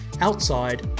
Outside